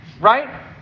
Right